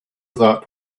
that